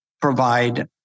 provide